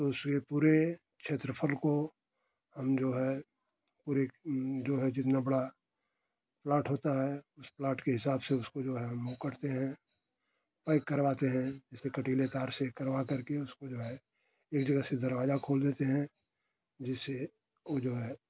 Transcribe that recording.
तो उसमें पूरे क्षेत्रफल को हम जो है पूरे जो है जितना बड़ा प्लाट होता है उस प्लाट के हिसाब से उसको जो है हम वो करते हैं पैक करवाते हैं इसके कटीले तार से करवा करके उसको जो है एक जगह से दरवाजा खोल देते हैं जिससे ओ जो है